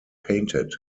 painted